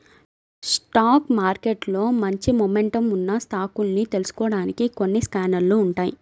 stock మార్కెట్లో మంచి momentum ఉన్న స్టాకుల్ని తెలుసుకోడానికి కొన్ని స్కానర్లు ఉంటాయ్